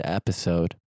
episode